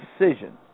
decision